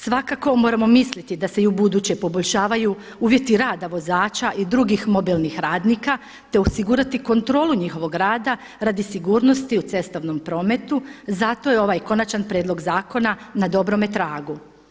Svakako moramo misliti da se i ubuduće poboljšavaju uvjeti rada vozača i drugih mobilnih radnika, te osigurati kontrolu njihovog rada radi sigurnosti u cestovnom prometu, zato je ovaj konačan prijedlog zakona na dobrome tragu.